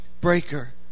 breaker